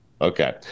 Okay